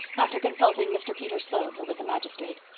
after consulting mr. peter sloane, who was a magistrate.